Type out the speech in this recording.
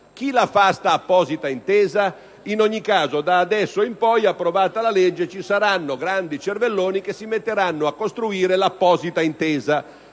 Chi la fa questa apposita intesa? In ogni caso, una volta approvata la legge, ci saranno grandi cervelloni che si metteranno a costruire l'apposita intesa.